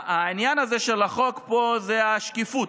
העניין של החוק הוא השקיפות.